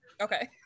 Okay